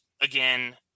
again